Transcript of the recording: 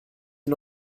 ihn